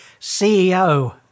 CEO